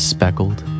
Speckled